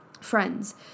friends